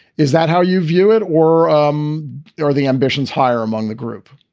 is that how you view it or um are the ambitions higher among the group?